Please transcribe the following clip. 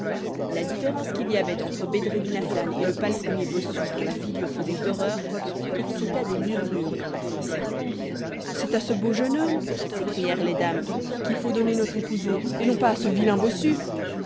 la différence qu'il y avait entre bedreddin hassan et le palefrenier bossu dont la figure faisait horreur excita des murmures dans l'assemblée c'est à ce beau jeune homme s'écrièrent les dames qu'il faut donner notre épousée et non pas à ce vilain bossu